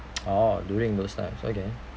orh during those times okay